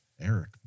Eric